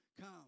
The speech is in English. Come